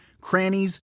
crannies